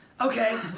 Okay